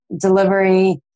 delivery